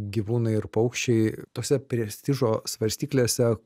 gyvūnai ir paukščiai tose prestižo svarstyklėse